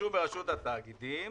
ברשות התאגידים